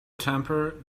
temper